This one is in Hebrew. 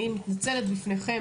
אני מתנצלת בפניכם,